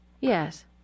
Yes